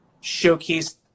showcase